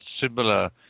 similar